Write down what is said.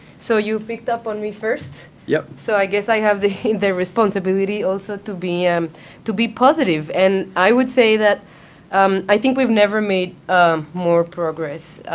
so you picked up on me first? yep. so i guess i have the responsibility also to be um to be positive. and i would say that um i think we've never made more progress.